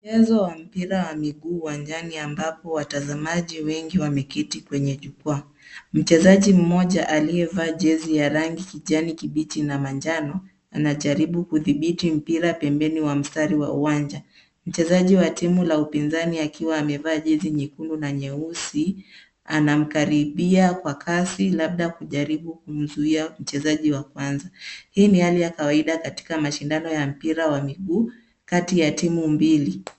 Mchezo wa mpira wa miguu ambapo watazamaji wengi wameketi kwenye jukwaa. Mchezaji mmoja aliyevaa jezi ya rangi kijani kibichi na manjano anajaribu kudhibiti mpira pembeni wa mstari wa uwanja. Mchezaji wa timu la upinzani akiwa amevaa jezi la nyeusi anamkaribia kwa kasi labda kujaribu kumzuia mchezaji wa kwanza. Hii ni hali ya kawaida katika mashindano ya mpira wa miguu kati ya timu mbili.